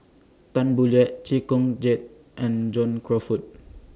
Tan Boo Liat Chee Kong Jet and John Crawfurd